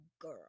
girl